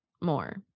more